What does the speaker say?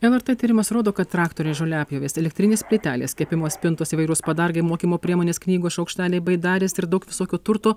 lrt tyrimas rodo kad traktoriai žoliapjovės elektrinės plytelės kepimo spintos įvairūs padargai mokymo priemonės knygos šaukšteliai baidarės ir daug visokio turto